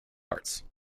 arts